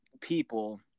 people